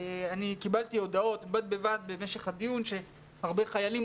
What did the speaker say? קיבלתי הודעות במהלך הדיון שהרבה חיילים